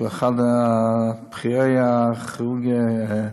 שהוא אחד מבכירי הכירורגים,